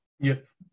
Yes